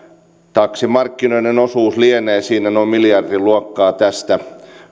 taksimarkkinoiden osuus lienee siinä noin miljardin luokkaa tästä